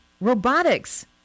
robotics